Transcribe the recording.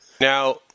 Now